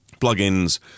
plug-ins